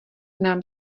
nám